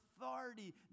authority